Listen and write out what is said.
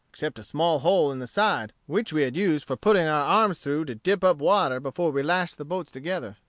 except a small hole in the side which we had used for putting our arms through to dip up water before we lashed the boats together.